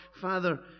Father